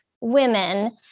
women